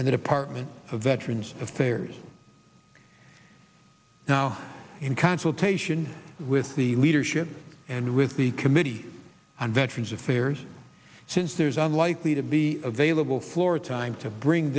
department of veterans affairs now in consultation with the leadership and with the committee on veterans affairs since there's unlikely to be available floor time to bring